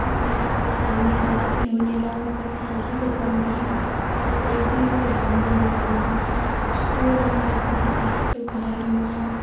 बुकबाट पैसाहरू निकाल्दा पनि हुने लगाउनु पनि सजिलो पर्ने पहिला त एक दुई रुपियाँ हाल्नु जाँदाखेरि पनि कस्तो लाइन लाग्नुपर्थ्यो यस्तो गरममा